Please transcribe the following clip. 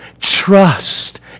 trust